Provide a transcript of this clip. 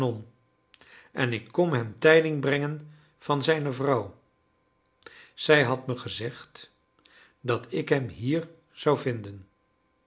en ik kom hem tijding brengen van zijne vrouw zij had me gezegd dat ik hem hier zou vinden